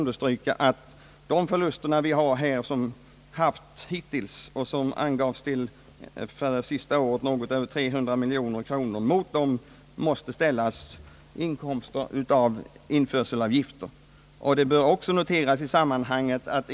De förluster vi haft hittills och som för senaste året angavs till något över 300 miljoner kronor måste ställas mot inkomster i form av införselavgifter vi samtidigt haft.